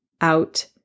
out